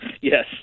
Yes